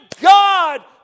God